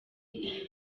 ibi